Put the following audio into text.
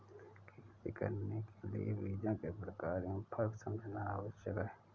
खेती करने के लिए बीजों के प्रकार में फर्क समझना आवश्यक है